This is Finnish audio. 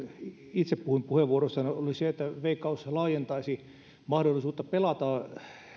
itse puhuin puheenvuorossani oli se että veikkaus laajentaisi mahdollisuuden pelata